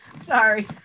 Sorry